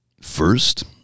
First